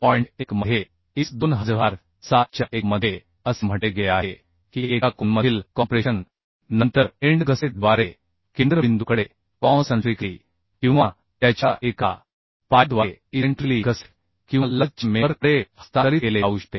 1 मध्ये IS 2007 च्या 1 मध्ये असे म्हटले गेले आहे की एका कोनमधील कॉम्प्रेशन नंतर एंड गसेटद्वारे केंद्रबिंदूकडे कॉनसनट्रीकली किंवा त्याच्या एका पायाद्वारे इसेंट्रीकली गसेट किंवा लगतच्या मेंबर कडे हस्तांतरित केले जाऊ शकते